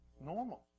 normal